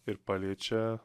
ir paliečia